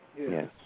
Yes